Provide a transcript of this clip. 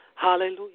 Hallelujah